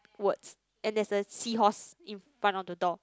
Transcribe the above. words and there is a seahorse in front of the door